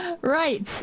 Right